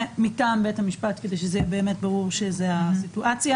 מטעם בית המשפט" כדי שיהיה ברור שזאת הסיטואציה